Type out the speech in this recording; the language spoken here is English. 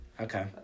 Okay